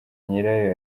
nyirayo